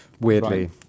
weirdly